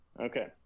okay